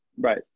Right